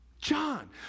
John